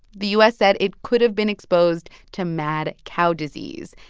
the u s. said it could've been exposed to mad cow disease.